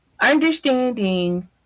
understanding